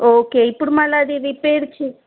okay ఇప్పుడు మళ్ళీ అది రిపేర్ చే